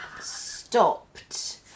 stopped